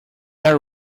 are